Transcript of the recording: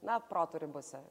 na proto ribose